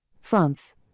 France